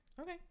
okay